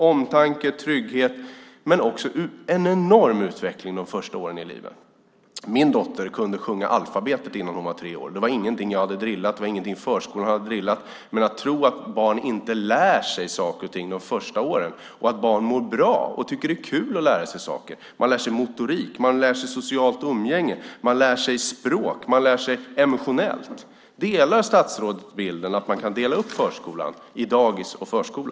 Omtanke och trygghet, visst, men det handlar också om en enorm utveckling de första åren i livet. Min dotter kunde sjunga alfabetet innan hon var tre år. Det var ingenting jag hade drillat och ingenting förskolan hade drillat, men man ska inte tro att barn inte lär sig saker och ting de första åren. Barn mår bra av och tycker att det är kul att lära sig saker. Man lär sig motorik. Man lär sig socialt umgänge. Man lär sig språk. Man lär sig fungera emotionellt. Delar statsrådet bilden att man kan dela upp förskolan i dagis och förskola?